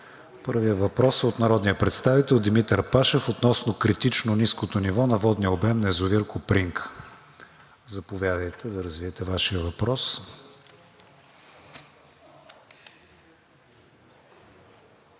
Първият въпрос е от народния представител Димитър Пашев относно критично ниското ниво на водния обем на язовир „Копринка“. Заповядайте да развиете Вашия въпрос.